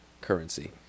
currency